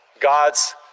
God's